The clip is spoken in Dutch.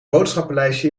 boodschappenlijstje